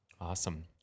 awesome